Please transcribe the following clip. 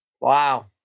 Wow